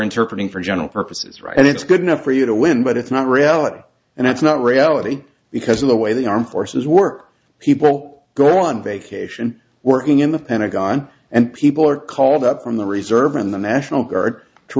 interpreting for general purposes right and it's good enough for you to win but it's not reality and it's not reality because of the way the armed forces work people go on vacation working in the pentagon and people are called up from the reserve and the national guard to